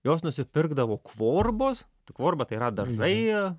jos nusipirkdavo kvorbos kvorba tai yra dažai